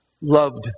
loved